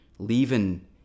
Leaving